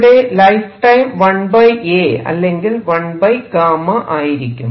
ഇവിടെ lifetime 1 A അല്ലെങ്കിൽ 1 γ ആയിരിക്കും